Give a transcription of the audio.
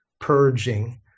purging